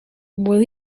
will